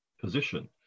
position